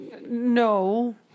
No